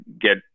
get